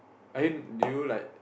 I mean do you like